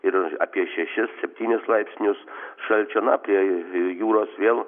ir apie šešis septynis laipsnius šalčio na prie jūros vėl